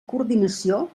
coordinació